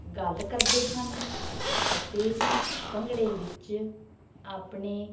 ਗੱਲ ਕਰਦੇ ਹਨ ਅਤੇ ਭੰਗੜੇ ਵਿੱਚ ਆਪਣੇ